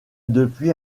depuis